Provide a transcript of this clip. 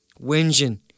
whinging